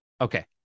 okay